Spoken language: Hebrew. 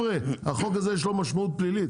חבר'ה, החוק הזה יש לו משמעות פלילית.